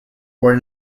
were